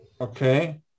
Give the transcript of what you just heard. Okay